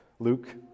Luke